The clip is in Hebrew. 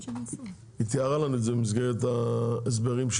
היא תיארה לנו את זה במסגרת ההסברים שלה.